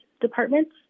departments